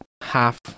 half